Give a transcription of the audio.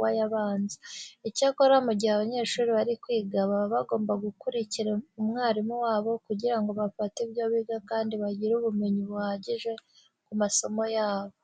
w'ay'abanza. Icyakora mu gihe abanyeshuri bari kwiga baba bagomba gukurikira umwarimu wabo kugira ngo bafate ibyo biga kandi bagire ubumenyi buhagije ku masomo yabo.